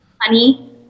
Honey